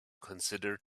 consider